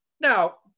now